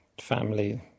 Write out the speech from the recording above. family